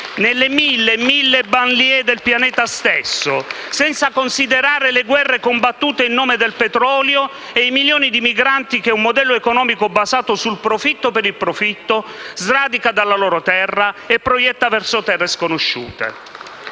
nelle mille e mille *banlieue* del pianeta stesso, senza considerare le guerre combattute in nome del petrolio e i milioni di migranti che un modello economico basato sul profitto per il profitto sradica dalla loro terra e proietta verso terre sconosciute.